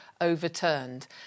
overturned